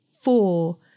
four